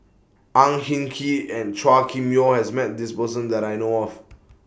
Ang Hin Kee and Chua Kim Yeow has Met This Person that I know of